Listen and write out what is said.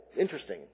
interesting